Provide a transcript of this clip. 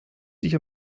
sich